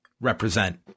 represent